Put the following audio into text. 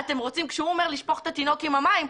כשהוא אומר "לשפוך את התינוק עם המים",